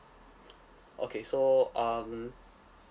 okay so um